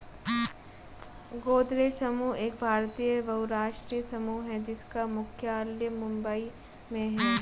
गोदरेज समूह एक भारतीय बहुराष्ट्रीय समूह है जिसका मुख्यालय मुंबई में है